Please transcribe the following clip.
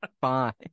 Fine